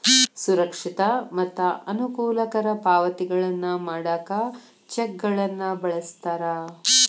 ಸುರಕ್ಷಿತ ಮತ್ತ ಅನುಕೂಲಕರ ಪಾವತಿಗಳನ್ನ ಮಾಡಾಕ ಚೆಕ್ಗಳನ್ನ ಬಳಸ್ತಾರ